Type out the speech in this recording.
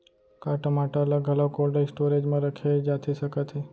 का टमाटर ला घलव कोल्ड स्टोरेज मा रखे जाथे सकत हे?